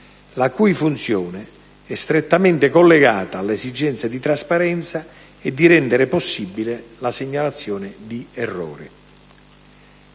la cui funzione è strettamente collegata all'esigenza di trasparenza e di rendere possibile la segnalazione di errori.